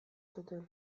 zuten